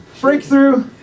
breakthrough